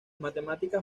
matemáticas